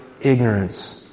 ignorance